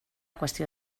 qüestió